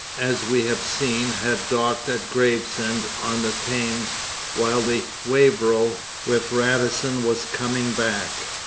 as we have seen, had docked at gravesend on the thames while the wavero with radisson was coming back.